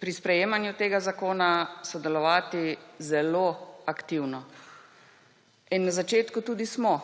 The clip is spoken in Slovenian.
pri sprejemanju tega zakona sodelovati zelo aktivno. In na začetku tudi smo.